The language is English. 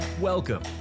welcome